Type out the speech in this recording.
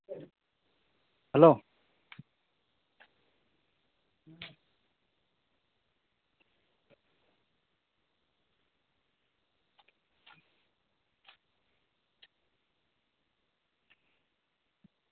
hello